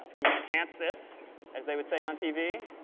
let me enhance this as they would say on tv.